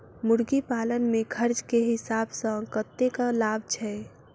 मुर्गी पालन मे खर्च केँ हिसाब सऽ कतेक लाभ छैय?